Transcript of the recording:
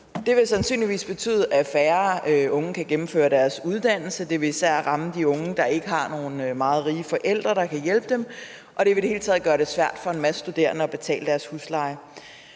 Det vil sandsynligvis betyde, at færre unge kan gennemføre deres uddannelse. Det vil især ramme de unge, der ikke har nogle meget rige forældre, der kan hjælpe dem, og det vil i det hele taget gøre det svært for en masse studerende at betale deres husleje.